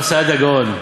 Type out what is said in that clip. מרב סעדיה גאון.